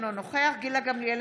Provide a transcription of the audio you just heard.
אינו נוכח גילה גמליאל,